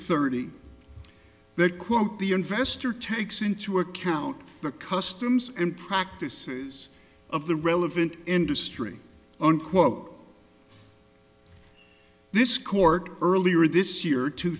that quote the investor takes into account the customs and practices of the relevant industry unquote this court earlier this year two